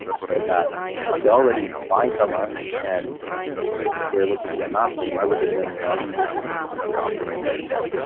so that if they're already buying from us, and they're looking to get mastering, why would they go anywhere else if we're offering it right there.